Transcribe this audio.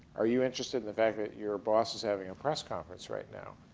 are you interested in the fact that your boss is having a press conference right now?